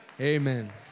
amen